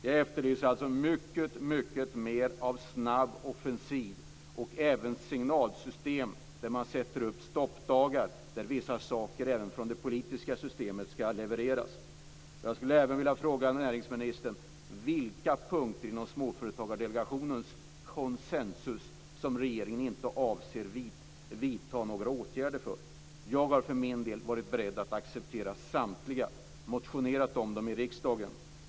Jag efterlyser alltså mycket, mycket mer av snabb offensiv och även signalsystem där man sätter upp stoppdagar då vissa saker även från det politiska systemet skall levereras. Jag skulle vilja fråga näringsministern på vilka punkter inom Småföretagsdelegationens konsensus som regeringen inte avser att vidta några åtgärder. Jag har för min del varit beredd att acceptera samtliga och har motionerat om dem i riksdagen.